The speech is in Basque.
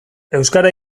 euskara